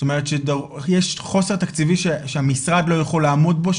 זאת אומרת שיש חוסר תקציבי שהמשרד לא יכול לעמוד בו,